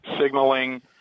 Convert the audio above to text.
signaling